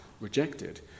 rejected